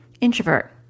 introvert